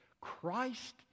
Christ